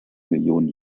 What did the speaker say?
millionen